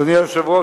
אדוני היושב-ראש,